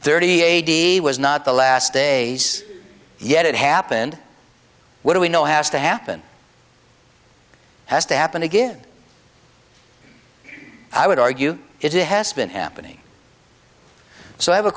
eight was not the last days yet it happened what do we know has to happen has to happen again i would argue it has been happening so i have a